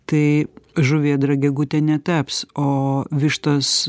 tai žuvėdra gegute netaps o vištos